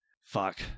Fuck